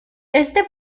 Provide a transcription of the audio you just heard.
este